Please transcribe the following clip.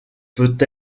peut